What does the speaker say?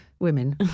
women